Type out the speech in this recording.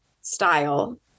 style